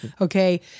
okay